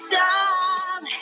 time